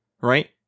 right